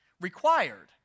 required